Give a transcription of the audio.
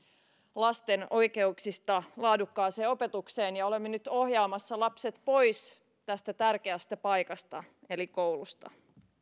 lasten oikeuksista laadukkaaseen opetukseen ja olemme nyt ohjaamassa lapset pois tästä tärkeästä paikasta eli koulusta